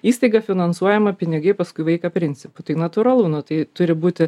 įstaiga finansuojama pinigai paskui vaiką principu tai natūralu na tai turi būti